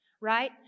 right